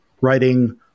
writing